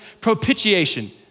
propitiation